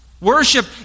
Worship